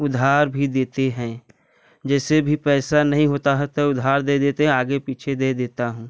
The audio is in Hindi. उधार भी देते हैं जैसे भी पैसा नहीं होता है तो उधार दे देते हैं आगे पीछे दे देता हूँ